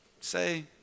say